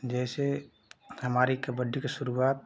जैसे हमारी कबड्डी की शुरुआत